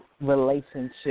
relationship